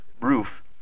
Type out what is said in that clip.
roof